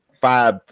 five